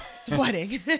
Sweating